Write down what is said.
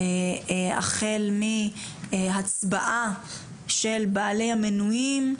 החל מהצבעה של בעלי המנויים,